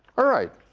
all right.